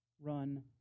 run